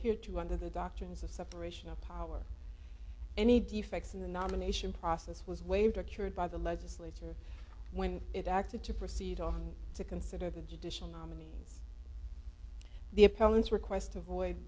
hered to under the doctrines of separation of powers any defects in the nomination process was waived or cured by the legislature when it acted to proceed on to consider the judicial nominees the appellant's request avoid